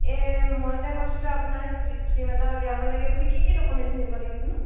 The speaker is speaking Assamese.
এই মই যে কৈছিলোঁ আপোনাক চিম এটা উলিয়াব লাগে বুলি কি কি ডকুমেণ্টচ দিব লাগিবনো